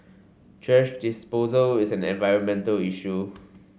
thrash disposal is an environmental issue